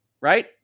right